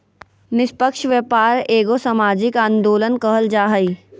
निस्पक्ष व्यापार एगो सामाजिक आंदोलन कहल जा हइ